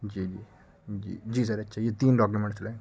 جی جی جی سر اچھا یہ تین ڈاکومنٹس لگیں گے